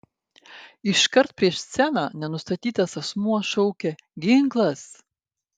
iškart prieš sceną nenustatytas asmuo šaukė ginklas